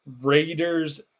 Raiders